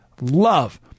Love